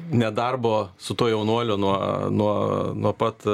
nedarbo su tuo jaunuoliu nuo nuo nuo pat